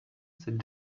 cette